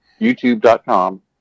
YouTube.com